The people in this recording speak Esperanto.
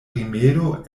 rimedo